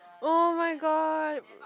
oh-my-god